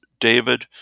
david